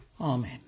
Amen